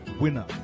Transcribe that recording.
winner